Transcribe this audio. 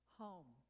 home